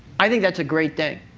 i think that's a great day.